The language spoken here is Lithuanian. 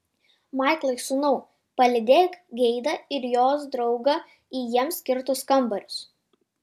maiklai sūnau palydėk geidą ir jos draugą į jiems skirtus kambarius